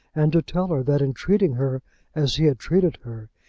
and to tell her that in treating her as he had treated her,